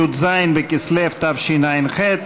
י"ז בכסלו התשע"ח,